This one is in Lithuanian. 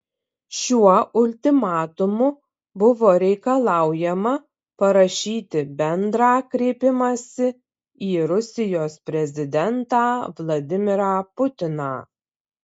šiuo ultimatumu buvo reikalaujama parašyti bendrą kreipimąsi į rusijos prezidentą vladimirą putiną